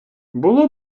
було